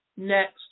next